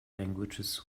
languages